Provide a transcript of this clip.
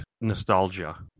nostalgia